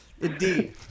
Indeed